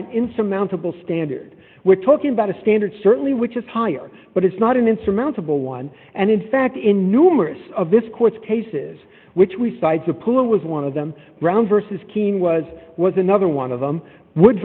an insurmountable standard we're talking about a standard certainly which is higher but it's not an insurmountable one and in fact in numerous of this court cases which we sides are pulling was one of them brown vs keen was was another one of them would